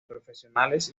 profesionales